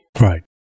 Right